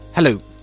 Hello